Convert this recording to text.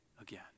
again